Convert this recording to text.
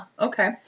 Okay